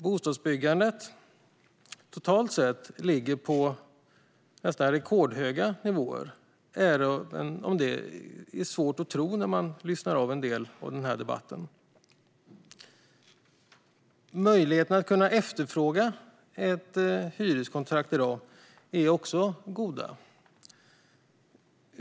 Bostadsbyggandet totalt sett ligger nästan på rekordhöga nivåer, även om det är svårt att tro när man lyssnar på en del av debatten. Möjligheterna att kunna efterfråga ett hyreskontrakt är i dag goda.